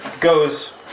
Goes